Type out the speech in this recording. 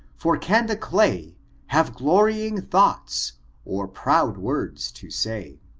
for can the clay have glorying thonghts or proud words to say